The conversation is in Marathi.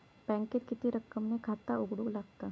बँकेत किती रक्कम ने खाता उघडूक लागता?